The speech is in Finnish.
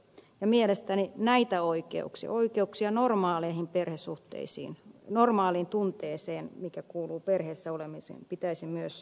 mielestäni näitä oikeuksia oikeuksia normaaleihin perhesuhteisiin normaaliin tunteeseen mikä kuuluu perheessä olemiseen pitäisi myös pystyä tukemaan